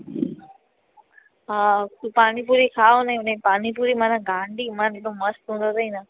हा तूं पानीपूरी खा उनजी उनजी पानीपूरी मनां गांॾी मन एडो मस्तु हूंदो अथई न